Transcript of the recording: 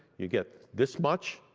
you get this much,